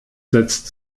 setzt